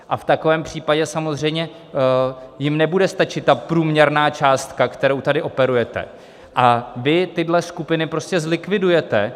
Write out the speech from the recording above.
V takovém případě samozřejmě jim nebude stačit ta průměrná částka, kterou tady operujete, a vy tyhle skupiny prostě zlikvidujete.